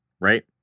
right